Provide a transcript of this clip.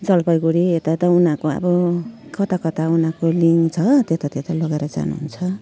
जलपाइगुडी यता यता उनीहरूको अब कता कता उनीहरूको लिङ्क छ त्यता त्यता लिएर जानुहुन्छ